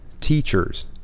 Teachers